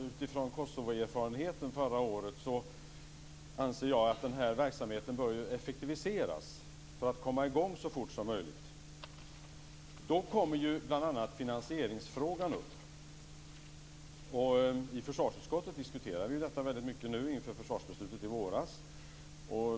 Utifrån Kosovoerfarenheten förra året anser jag att verksamheten bör effektiviseras för att komma i gång så fort som möjligt. Då kommer bl.a. finansieringsfrågan upp. I försvarsutskottet diskuterade vi detta väldigt mycket inför försvarsbeslutet i våras.